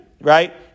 Right